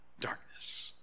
darkness